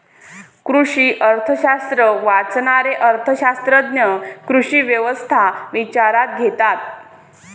कृषी अर्थशास्त्र वाचणारे अर्थ शास्त्रज्ञ कृषी व्यवस्था विचारात घेतात